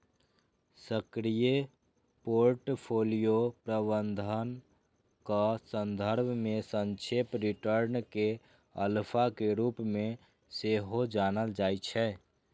सक्रिय पोर्टफोलियो प्रबंधनक संदर्भ मे सापेक्ष रिटर्न कें अल्फा के रूप मे सेहो जानल जाइ छै